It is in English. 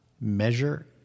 measure